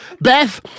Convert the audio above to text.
Beth